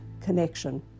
connection